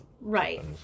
Right